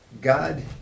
God